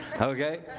okay